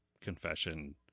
confession